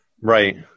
Right